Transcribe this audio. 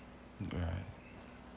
alright